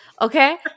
Okay